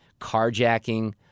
carjacking